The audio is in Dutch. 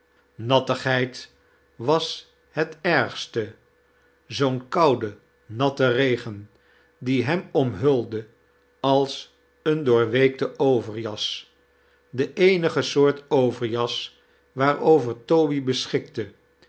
nattigheid was het ergste zoo'n boude natte regen die hem omhulde als een doorweekte overjas de eenige soort overjas waarover toby beschikte